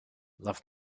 love